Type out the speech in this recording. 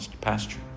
pasture